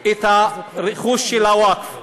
את הרכוש של הווקף,